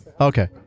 Okay